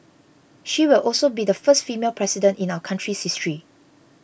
she will also be the first female President in our country's history